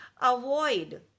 avoid